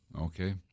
Okay